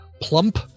plump